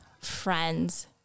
friends